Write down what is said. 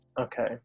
okay